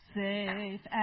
safe